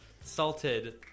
salted